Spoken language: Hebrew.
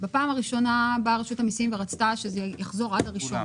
בפעם הראשונה באה רשות המסים ורצתה שזה יחזור עד הראשון.